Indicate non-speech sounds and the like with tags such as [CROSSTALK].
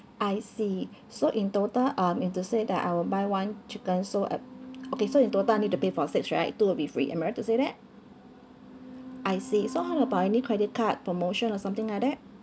I see [BREATH] so in total um is to say that I'll buy one chicken so uh okay so in total I need to pay for six right two will be free am I right to say that I see so how about any credit card promotion or something like that